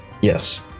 yes